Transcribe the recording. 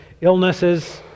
illnesses